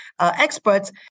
experts